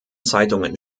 zeitungen